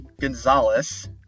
gonzalez